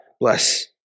bless